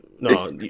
no